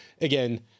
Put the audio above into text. again